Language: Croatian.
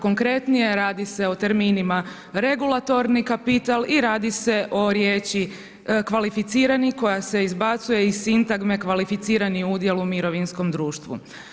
Konkretnije, radi se o terminima „regulatorni kapital“ i radi se o riječi „kvalificirani“ koja se izbacuje iz sintagme kvalificirani udjel u mirovinskom društvu.